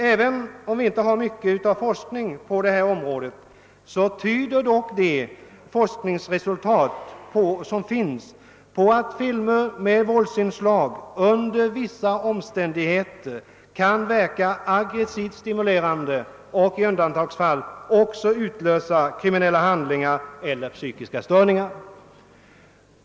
Även om vi inte har mycket av forskning på detta område, tyder dock de forskningsresultat som föreligger på att filmer med våldsinslag under vissa omständigheter kan stimulera till ett aggresivt beteende och i undantagsfall också utlösa kriminella handlingar eller psykiska störningar.